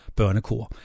børnekor